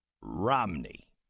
Romney